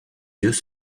yeux